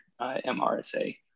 MRSA